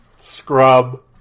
scrub